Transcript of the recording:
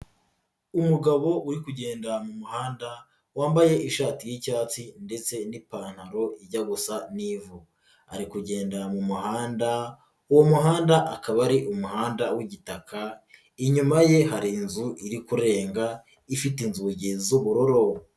Umugabo uri kugenda mu muhanda wambaye ishati y'icyatsi ndetse n'ipantaro ijya gusa n'ivu, ari kugenda mu muhanda uwo muhanda akaba ari umuhanda w'igitaka, inyuma ye hari inzu iri kurenga ifite inzugi z'ubururu.